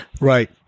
Right